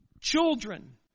children